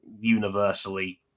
universally